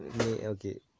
okay